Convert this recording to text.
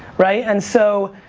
right? and so,